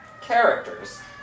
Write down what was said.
characters